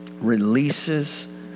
releases